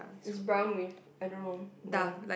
is brown with I don't know the~